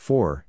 Four